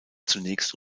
zunächst